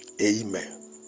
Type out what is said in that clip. Amen